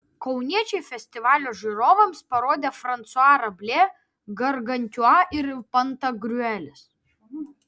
kauniečiai festivalio žiūrovams parodė fransua rablė gargantiua ir pantagriuelis